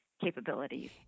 capabilities